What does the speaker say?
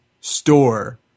store